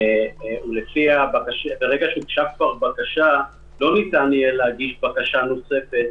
לפיה ברגע שהוגשה כבר בקשה לא ניתן יהיה להגיש בקשה נוספת,